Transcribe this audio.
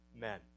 men